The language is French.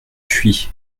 fui